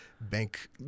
bank